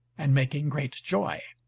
and making great joy.